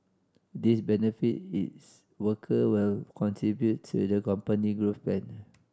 this benefit is worker will contribute to the company growth plan